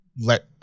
let